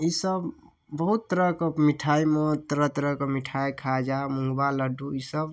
सब बहुत तरहके मिठाइमे तरह तरहके मिठाइ खाजा मुँगबा लड्डू ई सब